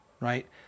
right